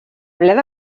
bleda